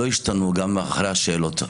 התשובות שלי לא השתנו גם אחרי השאלות.